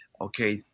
okay